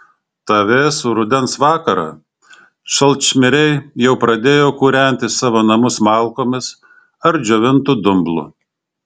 tą vėsų rudens vakarą šalčmiriai jau pradėjo kūrenti savo namus malkomis ar džiovintu dumblu